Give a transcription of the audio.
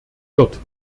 wird